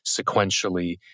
sequentially